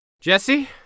Jesse